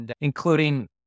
including